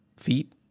feet